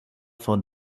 von